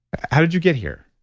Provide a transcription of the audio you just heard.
how did you get here?